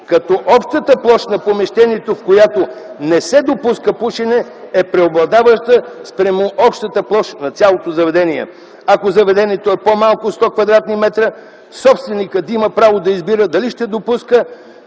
като общата площ на помещението, в която не се допуска тютюнопушене, е преобладаваща спрямо общата площ на цялото заведение. Ако заведението е по-малко от 100 кв. м, собственикът да има право да избира дали ще допуска